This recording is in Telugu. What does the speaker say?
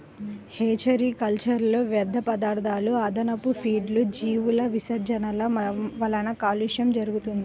హేచరీ కల్చర్లో వ్యర్థపదార్థాలు, అదనపు ఫీడ్లు, జీవుల విసర్జనల వలన కాలుష్యం జరుగుతుంది